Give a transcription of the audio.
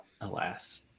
alas